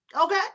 Okay